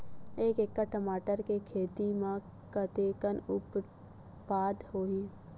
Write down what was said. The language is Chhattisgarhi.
एक एकड़ टमाटर के खेती म कतेकन उत्पादन होही?